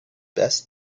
best